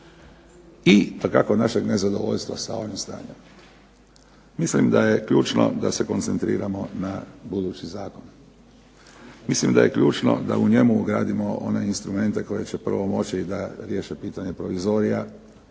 i dakako našeg nezadovoljstva sa ovim stanjem. Mislim da je ključno da se koncentriramo na budući zakon, mislim da je ključno da u njemu ugradimo one instrumente koji će pomoći da riješe pitanje .../Govornik